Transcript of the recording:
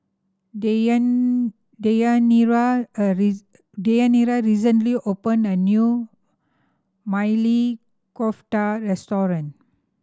Deyanira a Deyanira recently opened a new Maili Kofta Restaurant